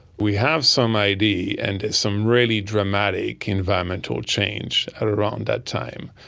we have some idea, and some really dramatic environmental change around that time,